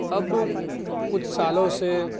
اب کچھ سالوں سے